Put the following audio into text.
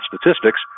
statistics